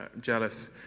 jealous